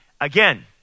Again